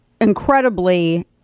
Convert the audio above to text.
incredibly